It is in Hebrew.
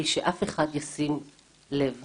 אילן, הנה משהו שלימדת אותי.